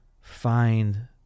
find